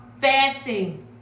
fasting